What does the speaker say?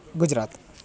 Gujarat